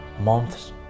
months